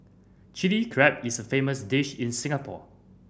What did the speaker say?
Chilli Crab is a famous dish in Singapore